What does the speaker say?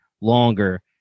longer